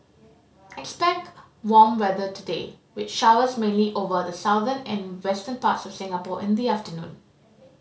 expect warm weather today with showers mainly over the southern and western parts of Singapore in the afternoon